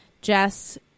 Jess